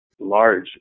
large